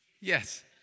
Yes